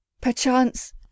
Perchance